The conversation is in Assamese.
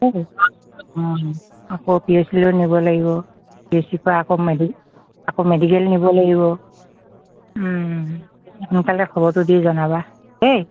দেই অঁ আকৌ পি এইচ চিলৈয়ো নিব লাগিব পি এইচ চিৰপৰা আকৌ আকৌ মেডিকেল নিব লাগিব তুমি সোনকালে খবৰটো দি জনাবা দেই